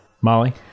molly